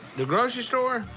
the grocery store?